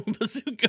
Bazooka